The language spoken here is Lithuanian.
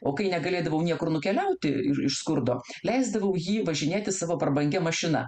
o kai negalėdavau niekur nukeliauti iš skurdo leisdavau jį važinėti savo prabangia mašina